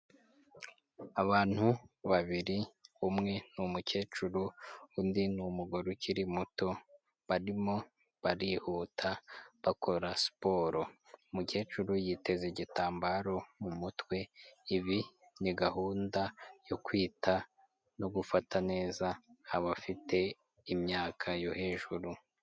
Abantu babiri umwe ni umukecuru undi ni umugore ukiri muto barimo barihuta bakora siporo, umukecuru yiteze igitambaro mu mutwe ibi ni gahunda yo kwita no gufata neza abafite imyaka yo hejuru.